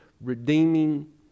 redeeming